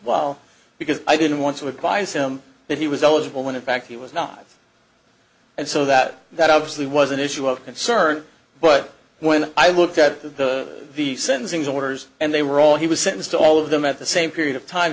well because i didn't want to advise him that he was eligible when in fact he was not and so that that obviously was an issue of concern but when i looked at the the sentencing orders and they were all he was sentenced to all of them at the same period of time